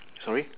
sorry